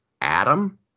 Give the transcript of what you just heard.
adam